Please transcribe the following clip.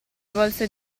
volse